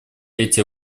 эти